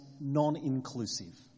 non-inclusive